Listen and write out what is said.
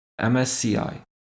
MSCI